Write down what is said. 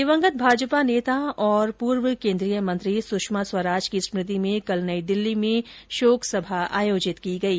दिवंगत भाजपा नेता और पूर्व केन्द्रीय मंत्री स्षमा स्वराज की स्मृति में कल नई दिल्ली में शोक सभा आयोजित की गयी